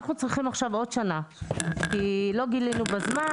אנחנו צריכים עוד שנה כי לא גילינו בזמן,